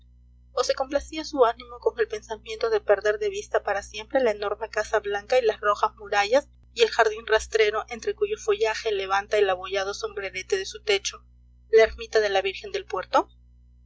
o se complacía su ánimo con el pensamiento de perder de vista para siempre la enorme casa blanca y las rojas murallas y el jardín rastrero entre cuyo follaje levanta el abollado sombrerete de su techo la ermita de la virgen del puerto